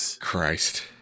Christ